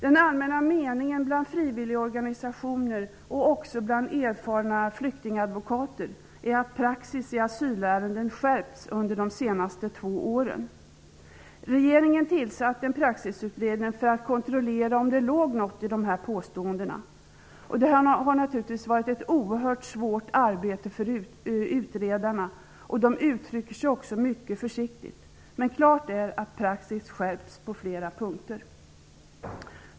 Den allmänna meningen bland frivilligorganisationer och också bland erfarna flyktingadvokater är att praxis i asylärenden har skärpts under de två senaste åren. Regeringen tillsatte en praxisutredning för att kontrollera om det låg något i de här påståendena. Det har naturligtvis varit ett oerhört svårt arbete för utredarna, och de uttrycker sig också försiktigt. Men klart är att praxis har skärpts på flera punkter.